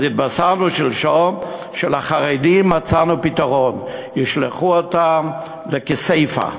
התבשרנו שלשום שלחרדים מצאנו פתרון: ישלחו אותם לכסייפה,